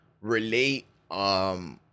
relate